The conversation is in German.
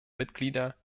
mitglieder